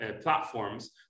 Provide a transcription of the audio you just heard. platforms